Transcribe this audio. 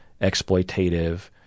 exploitative